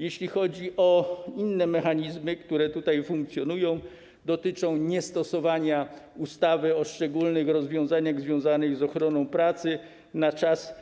Jeśli chodzi o inne mechanizmy, które tutaj funkcjonują, to dotyczy to niestosowania ustawy o szczególnych rozwiązaniach związanych z ochroną pracy na czas